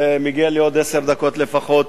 ומגיע לי עוד עשר דקות לפחות,